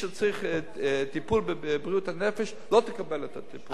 שצריך טיפול בבריאות הנפש לא יקבל את הטיפול.